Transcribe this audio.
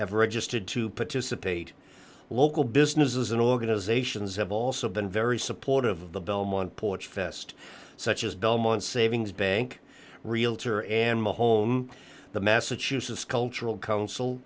registered to participate local businesses and organizations have also been very supportive of the belmont porch fest such as belmont savings bank realtor and the home the massachusetts cultural coun